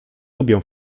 lubię